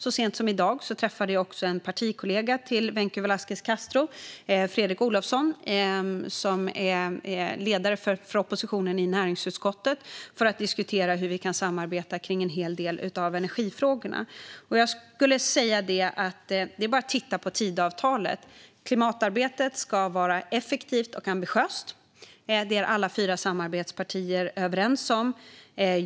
Så sent som i dag träffade jag en kollega till Vencu Velasquez Castro, Fredrik Olovsson som är ledare för oppositionen i näringsutskottet, för att diskutera hur vi kan samarbeta kring en del av energifrågorna. Det är bara att titta på Tidöavtalet: Klimatarbetet ska vara effektivt och ambitiöst. Det är alla fyra samarbetspartier överens om.